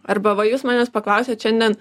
arba va jūs manęs paklausėt šiandien